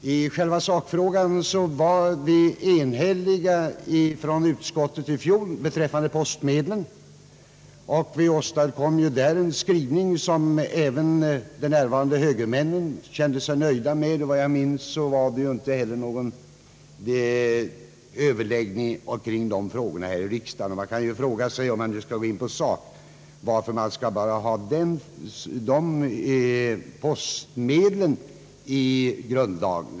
I själva sakfrågan var vi inom utskottet i fjol enhälliga om postmedlen, och vi åstadkom en skrivning som även de närvarande högermännen kände sig nöjda med. Efter vad jag minns var det heller ingen överläggning om dessa frågor i kammaren. Man kan fråga sig varför bara postmedlen skall upptas i grundlagen.